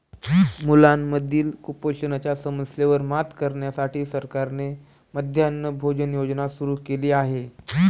मुलांमधील कुपोषणाच्या समस्येवर मात करण्यासाठी सरकारने मध्यान्ह भोजन योजना सुरू केली आहे